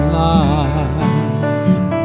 life